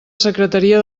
secretaria